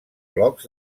blocs